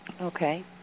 Okay